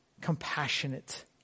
compassionate